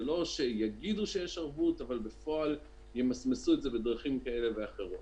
ולא שיגידו שיש ערבות אבל בפועל ימסמסו את זה בדרכים כאלה ואחרות.